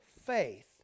faith